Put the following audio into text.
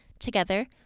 Together